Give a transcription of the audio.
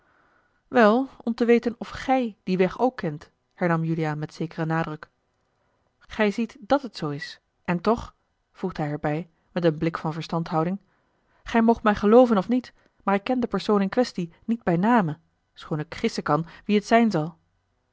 wel om te weten of gij dien weg ook kent hernam juliaan met zekeren nadruk gij ziet dàt het zoo is en toch voegde hij er bij met een blik van verstandhouding gij moogt mij gelooven of niet maar ik ken den persoon in quaestie niet bij name schoon ik gissen kan wie het zijn zal